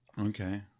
Okay